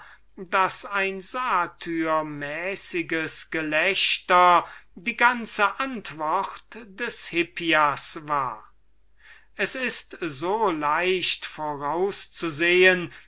da ein satyr mäßiges gelächter die ganze antwort des hippias war es ist so leicht